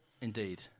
Indeed